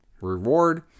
reward